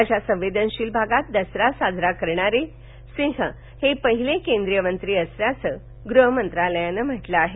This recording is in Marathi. अशा संवेदनशील भागात दसरा साजरा करणारे सिंह हे पहिले केंद्रीय मंत्री असल्याचं गृहमंत्रालयानं म्हटलं आहे